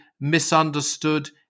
misunderstood